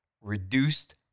Reduced